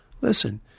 Listen